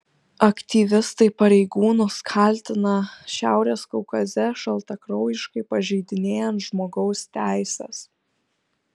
aktyvistai pareigūnus kaltina šiaurės kaukaze šaltakraujiškai pažeidinėjant žmogaus teises